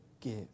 give